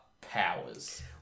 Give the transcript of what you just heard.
powers